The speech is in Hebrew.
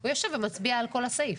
הוא יושב ומצביע על כל הסעיף.